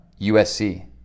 USC